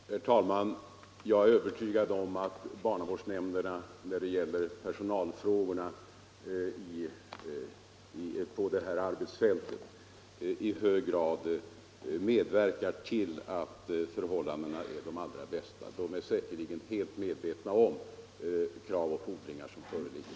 Herr talman! Jag är övertygad om att barnavårdsnämnderna när det gäller personalfrågorna på det här arbetsfältet i hög grad medverkar till att förhållandena är de allra bästa. De är säkerligen medvetna om de krav och fordringar som föreligger.